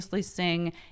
sing